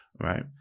right